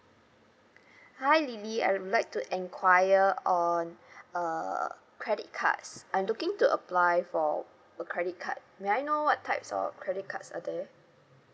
hi lily I would like to inquire on uh credit cards I'm looking to apply for a credit card may I know what types of credit cards are there